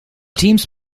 teams